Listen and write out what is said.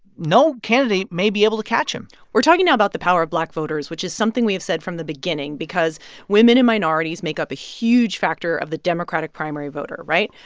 no candidate may be able to catch him we're talking now about the power of black voters, which is something we have said from the beginning because women and minorities make up a huge factor of the democratic primary voter, right?